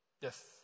Yes